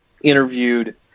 Interviewed